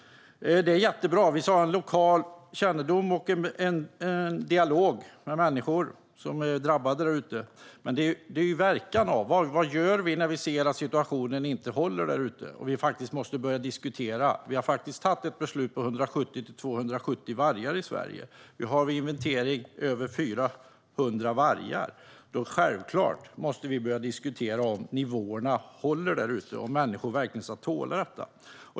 Det är jättebra att vi ska ha en lokal kännedom och en dialog med människor som är drabbade, men vad gör vi när vi ser att situationen inte håller där ute och att vi måste börja diskutera? Vi har faktiskt fattat ett beslut om 170-270 vargar i Sverige, och vi har enligt inventeringen över 400 vargar. Självfallet måste vi börja diskutera om nivåerna håller och om människor verkligen ska tåla detta.